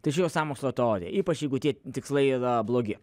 tai čia jau sąmokslo teorija ypač jeigu tie tikslai yra blogi